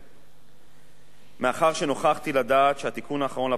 מאחר שנוכחתי לדעת שהתיקון האחרון לפקודה לא הביא